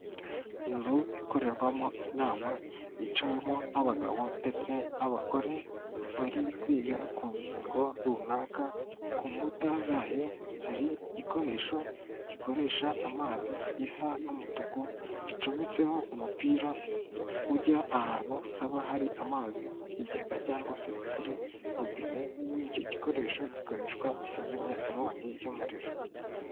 Inzu ikorerwamo inama yicawemo n'abagabo ndetse n'abagore, bari kwiga ku ngingo runaka, ku nkuta zayo hari igikoresho gikoresha amazi gisa n'umutuku, gicometseho umupira ujya ahantu haba hari amazi mu kigega cyangwa se kuri robine, icyo gikoresho gikoreshwa mu kuzimya inkongi y'umuriro.